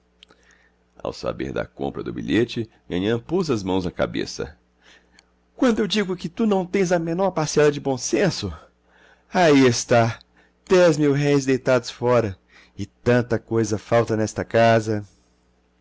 ao saber da compra do bilhete nhanhã pôs as mãos na cabeça quando eu digo que tu não tens a menor parcela de bom senso aí está dez mil-réis deitados fora e tanta coisa falta nesta casa